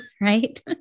right